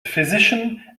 physician